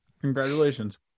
Congratulations